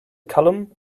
column